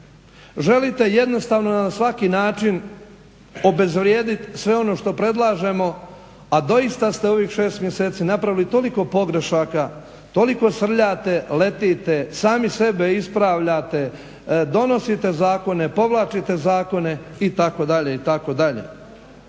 želite jednostavno na svaki način obezvrijediti sve ono što predlažemo a doista se u ovih 6 mjeseci napravili pogrešaka, toliko srljate, letite, sami sebe ispravljate, donosite zakone, povlačite zakone itd.,